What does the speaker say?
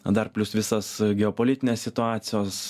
dar plius visos geopolitinės situacijos